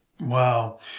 Wow